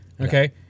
okay